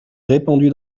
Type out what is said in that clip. répandue